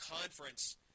conference